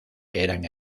eran